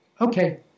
Okay